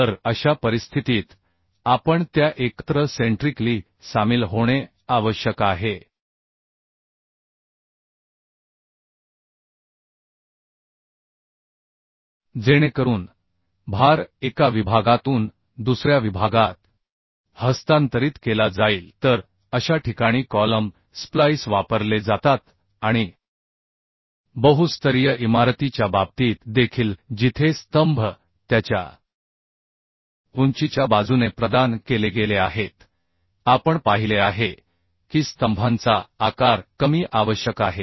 तर अशा परिस्थितीत आपण त्या एकत्र सेंट्रिकली सामील होणे आवश्यक आहे जेणेकरून भार एका विभागातून दुसऱ्या विभागात हस्तांतरित केला जाईल तर अशा ठिकाणी कॉलम स्प्लाईस वापरले जातात आणि बहुस्तरीय इमारतीच्या बाबतीत देखील जिथे स्तंभ त्याच्या उंचीच्या बाजूने प्रदान केले गेले आहेत आपण पाहिले आहे की स्तंभांचा आकार कमी आवश्यक आहे